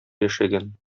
яшәгән